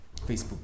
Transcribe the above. Facebook